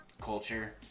culture